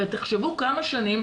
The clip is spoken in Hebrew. ותחשבו כמה שנים